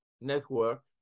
network